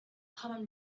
common